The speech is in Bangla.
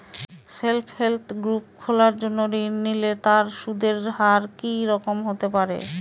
সেল্ফ হেল্প গ্রুপ খোলার জন্য ঋণ নিলে তার সুদের হার কি রকম হতে পারে?